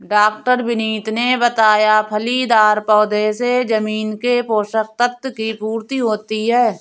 डॉ विनीत ने बताया फलीदार पौधों से जमीन के पोशक तत्व की पूर्ति होती है